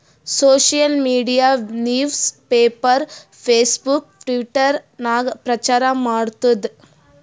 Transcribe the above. social media news paper, Facebook, Twitter ನಾಗ್ ಪ್ರಚಾರ್ ಮಾಡ್ತುದ್